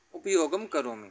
उपयोगं करोमि